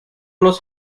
los